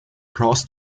cross